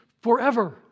forever